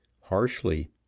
harshly